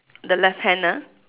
the left hand ah